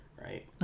right